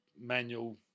manual